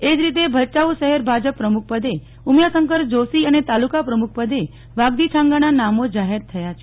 એજ રીતે ભચાઉ શહેર ભાજપ પ્રમુખપદે ઉમિયાશંકર જોશી અને તાલુકા પ્રમુખપદે વાઘજી છાંગાના નામો જાહેર થયા છે